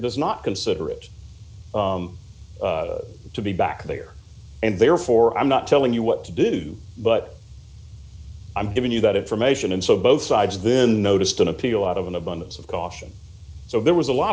does not consider it to be back there and therefore i'm not telling you what to do but i'm giving you that information and so both sides then noticed an appeal out of an abundance of caution so there was a lot